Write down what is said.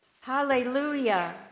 Hallelujah